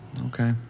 Okay